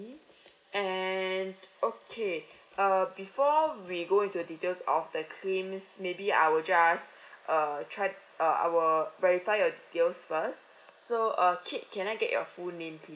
and okay uh before we go into the details of the claims maybe I will just err tried I'll verify your details first so err kate can I get your full name please